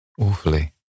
awfully